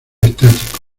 estáticos